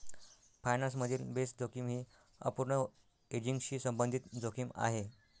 finance मधील base जोखीम ही अपूर्ण हेजिंगशी संबंधित जोखीम आहे